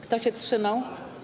Kto się wstrzymał?